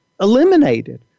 eliminated